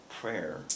prayer